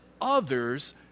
others